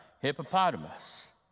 hippopotamus